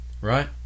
Right